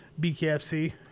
BKFC